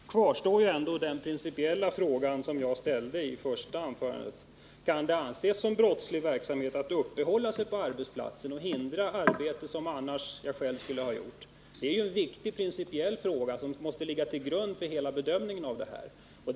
Herr talman! Då kvarstår ändå den principiella frågan som jag ställde i det första anförandet: Kan det anses som brottslig verksamhet att uppehålla sig på arbetsplatsen och hindra arbete som jag annars själv skulle ha utfört? Det är ju en viktig principiell fråga, som måste ligga till grund för hela bedömningen av det här fallet.